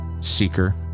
Seeker